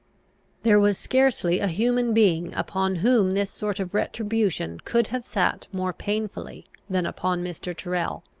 there was scarcely a human being upon whom this sort of retribution could have sat more painfully than upon mr. tyrrel.